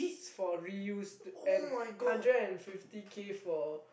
for reuse and hundred and fifty K for